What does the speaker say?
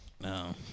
No